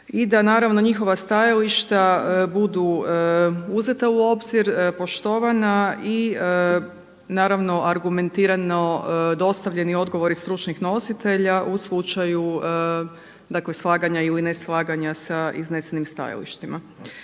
I da naravno njihova stajališta budu uzeta u obzir, poštovana i naravno argumentirano dostavljeni odgovori stručnih nositelja u slučaju dakle slaganja ili ne slaganja sa iznesenim stajalištima.